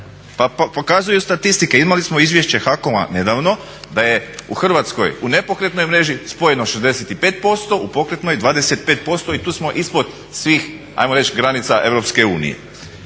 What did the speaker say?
Pa pokazuju statistike. Imali smo izvješće HAKOM-a nedavno da je u Hrvatskoj u nepokretnoj mreži spojeno 65% u pokretnoj 25% i tu smo ispod svih hajmo reći granica EU. Ja ovaj